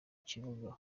kibuga